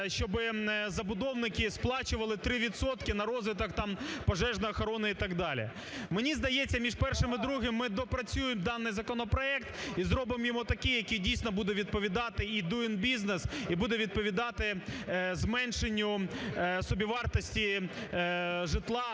щоб забудовники сплачували 3 відсотки на розвиток там пожежної охорони і так далі. Мені здається, між першим і другим ми доопрацюємо даний законопроект і зробимо його такий, який дійсно буде відповідати і Doing Business, і буде відповідати зменшенню собівартості житла